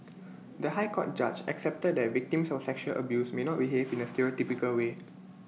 the High Court judge accepted that victims of sexual abuse may not behave in A stereotypical way